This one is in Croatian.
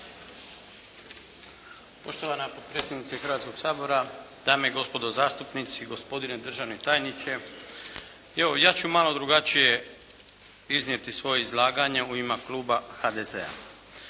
Poštovana potpredsjednice Hrvatskoga sabora, dame i gospodo zastupnici, gospodine državni tajniče. Evo, ja ću malo drugačije iznijeti svoje izlaganje u ime Kluba HDZ-a.